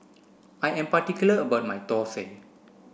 I am particular about my Thosai